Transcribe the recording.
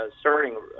starting